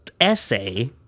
essay